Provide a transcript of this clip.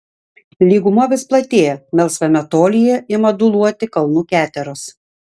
lyguma vis platėja melsvame tolyje ima dūluoti kalnų keteros